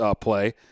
play